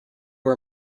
her